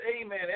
amen